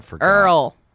Earl